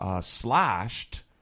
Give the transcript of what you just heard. Slashed